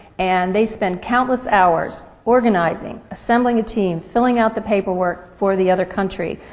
and they spend countless hours organizing, assembling a team, filling out the paperwork for the other country.